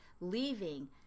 leaving